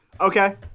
okay